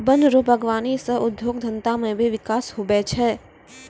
वन रो वागबानी सह उद्योग धंधा मे भी बिकास हुवै छै